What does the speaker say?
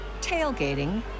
tailgating